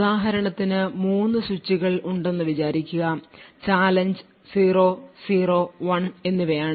ഉദാഹരണത്തിന് 3 സ്വിച്ചുകൾ ഉണ്ടെന്ന് വിചാരിക്കുക ചാലഞ്ച് 0 0 1 എന്നിവയാണ്